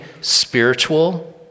spiritual